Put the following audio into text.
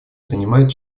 занимает